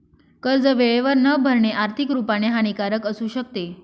कर्ज वेळेवर न भरणे, आर्थिक रुपाने हानिकारक असू शकते